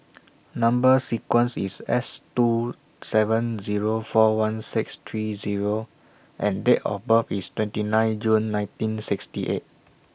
Number sequence IS S two seven Zero four one six three Zero and Date of birth IS twenty nine June nineteen sixty eight